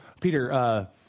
Peter